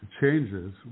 changes